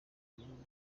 bihugu